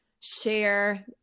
share